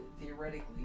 theoretically